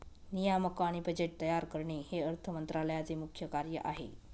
नियामक आणि बजेट तयार करणे हे अर्थ मंत्रालयाचे मुख्य कार्य आहे